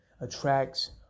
attracts